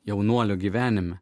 jaunuolio gyvenime